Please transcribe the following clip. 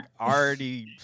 already